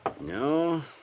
No